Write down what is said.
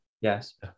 Yes